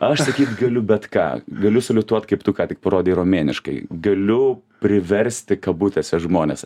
aš sakyt galiu bet ką galiu saliutuot kaip tu ką tik parodei romėniškai galiu priversti kabutėse žmones